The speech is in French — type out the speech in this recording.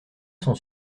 son